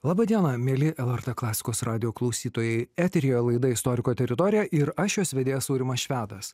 laba diena mieli lrt klasikos radijo klausytojai eteryje laida istoriko teritorija ir aš jos vedėjas aurimas švedas